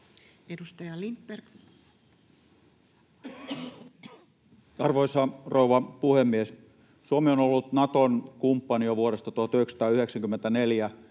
14:41 Content: Arvoisa rouva puhemies! Suomi on ollut Naton kumppani jo vuodesta 1994